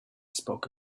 spoke